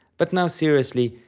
but now seriously,